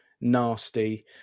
nasty